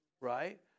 right